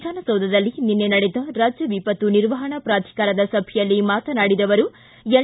ವಿಧಾನಸೌಧದಲ್ಲಿ ನಿನ್ನೆ ನಡೆದ ರಾಜ್ಯ ವಿಪತ್ತು ನಿರ್ವಹಣಾ ಪ್ರಾಧಿಕಾರದ ಸಭೆಯಲ್ಲಿ ಮಾತನಾಡಿದ ಅವರು ಎನ್